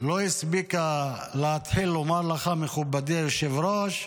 לא הספיקה להתחיל לומר לך "מכובדי היושב-ראש",